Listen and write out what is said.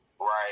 right